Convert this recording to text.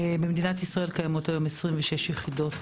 במדינת ישראל קיימות כיום 26 יחידות